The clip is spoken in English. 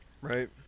Right